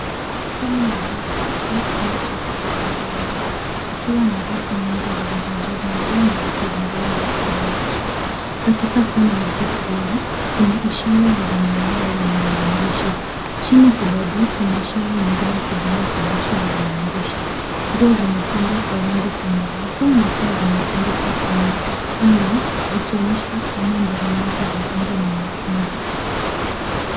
Hili ni duka au chumba cha kuhifadhia nguo kukiwa na rafu nyingi zilizojazwa nguo na vitu vingine vya kibinafsi. Katika kona ya juu kulia kuna ishara ya zambarau yenye maandishi. Chini kidogo kuna ishara nyingine ya kijani kibichi yenye maandishi. Nguo zimepangwa kwa wingi kwenye rafu na pia vimetundikwa kwenye hanger zikionyesha aina mbalimbali za rangi na mitindo.